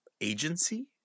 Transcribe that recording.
agency